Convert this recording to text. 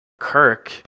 Kirk